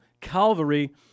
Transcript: Calvary